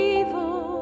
evil